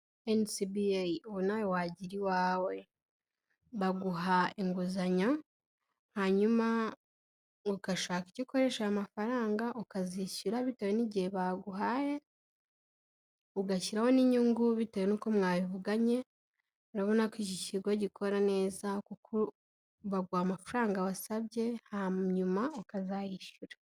Enisibieyi ubu nawe wagira iwawe. Baguha inguzanyo hanyuma ugashaka icyo ukoresha ayo mafaranga ukazishyura bitewe n'igihe baguhaye, ugashyiraho n'inyungu bitewe n'uko mwabivuganye. Urabona ko iki kigo gikora neza kuko baguha amafaranga wasabye hanyuma ukazayishyura.